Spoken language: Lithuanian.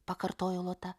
pakartojo lota